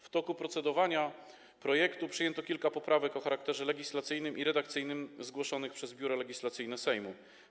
W toku procedowania nad projektem przyjęto kilka poprawek o charakterze legislacyjnym i redakcyjnym, zgłoszonych przez Biuro Legislacyjne Sejmu.